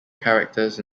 characters